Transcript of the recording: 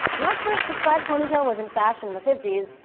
not sure if the side ponytail was in fashion in the fifty s.